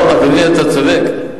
לא, אדוני, אתה צודק.